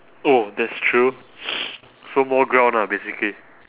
oh that's true so more ground lah basically